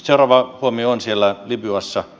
seuraava huomio on siellä libyassa